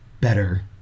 better